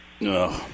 No